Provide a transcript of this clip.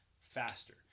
faster